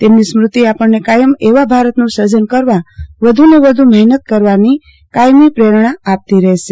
તેમની સ્મૃતિ આપજ઼ને કાયમ એવા ભારતનું સર્જન કરવા વધુને વધુ મહેનત કરવાની કાયમી પ્રેરણા આપતી રહેશે